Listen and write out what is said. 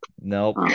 nope